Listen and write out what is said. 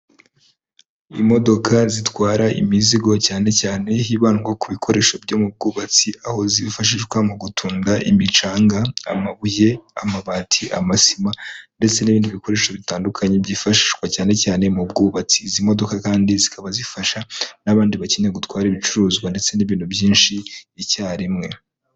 Imodoka zitwara imizigo cyane cyane hibandwa ku bikoresho byo mu bwubatsi aho zifashishwa mu gutunga imicanga amabuye'amabati amasima ndetse n'ibindi bikoresho bitandukanye byifashishwa cyane cyane mu bwubatsi izi modoka kandi zikaba zifasha n'abandi bakene gutwara ibicuruzwa ndetse n'ibintu byinshi icyarimwe.